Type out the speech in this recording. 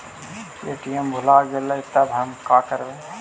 ATM भुला गेलय तब हम काकरवय?